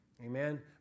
Amen